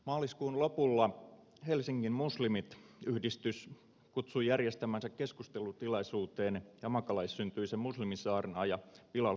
maaliskuun lopulla helsingin muslimit yhdistys kutsui järjestämäänsä keskustelutilaisuuteen jamaikalaissyntyisen muslimisaarnaaja bilal philipsin